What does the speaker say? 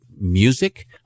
music